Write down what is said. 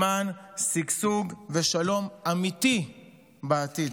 למען שגשוג ושלום אמיתי בעתיד.